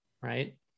right